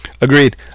Agreed